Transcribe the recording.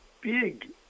big